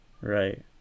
Right